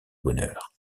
bonheur